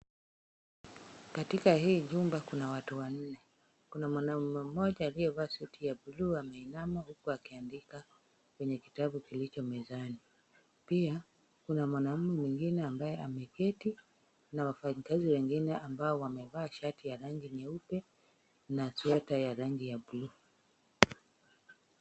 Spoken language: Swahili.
Katika hii jumba kuna watu wanne, kuna mwanaume mmoja aliyevaa suti ya buluu ameinama huku akiandika kwenye kitabu kilicho mezani, pia kuna mwanaume mwingine ambaye ameketi, na wafanyikazi wengine ambao wamevaa shati ya rangi nyeupe na sweater ya rangi ya buluu.